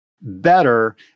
better